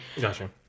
Gotcha